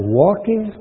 walking